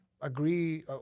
agree